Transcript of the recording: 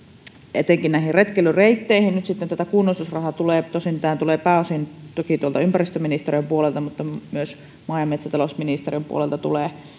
etenkin näihin retkeilyreitteihin nyt sitten tätä kunnostusrahaa tulee tosin tämä tulee pääosin tuolta ympäristöministeriön puolelta mutta myös maa ja metsätalousministeriön puolelta tulee